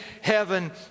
heaven